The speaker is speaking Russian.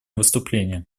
выступление